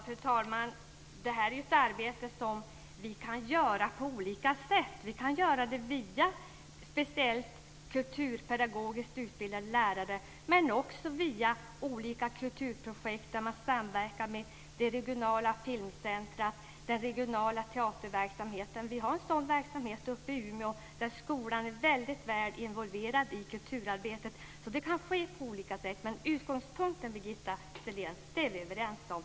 Fru talman! Detta är ett arbete som vi kan göra på olika sätt. Vi kan göra det via speciellt kulturpedagogiskt utbildade lärare, men också via olika kulturprojekt där man samverkar med det regionala filmcentrat, den regionala teaterverksamheten. Vi har en sådan teater i Umeå där skolan är väldigt väl involverad i kulturarbetet. Det kan ske på olika sätt. Men utgångspunkten, Birgitta Sellén, är vi överens om.